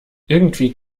irgendwie